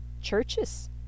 churches